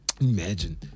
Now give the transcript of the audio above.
Imagine